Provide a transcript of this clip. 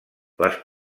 les